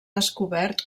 descobert